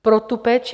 Pro tu péči.